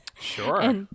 Sure